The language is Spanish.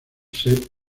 ser